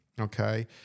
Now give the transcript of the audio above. okay